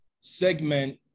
segment